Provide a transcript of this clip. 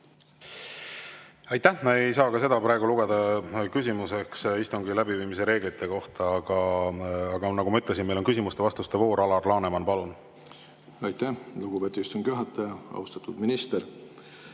Aitäh! Ma ei saa ka seda praegu lugeda küsimuseks istungi läbiviimise reeglite kohta. Aga nagu ma ütlesin, meil on küsimuste-vastuste voor. Alar Laneman, palun! Aitäh, lugupeetud istungi juhataja! Austatud minister!